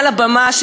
מעל הבמה,